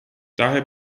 daher